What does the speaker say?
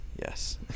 yes